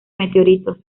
meteoritos